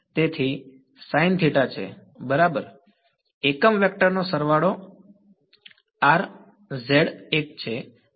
તેથી છે બરાબર એકમ વેક્ટર નો સરવાળો એક છે